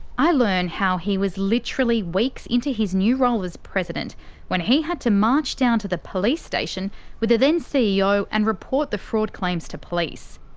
i learn how he was literally weeks into his new role as president when he had to march down to the police station with the then ceo and report the fraud claims to police.